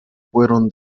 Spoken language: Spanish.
fueron